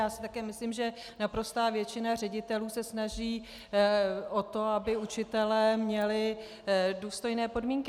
Já si také myslím, že naprostá většina ředitelů se snaží o to, aby učitelé měli důstojné podmínky.